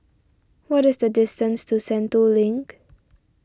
what is the distance to Sentul Link